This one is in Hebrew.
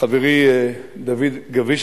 חברי דוד גביש,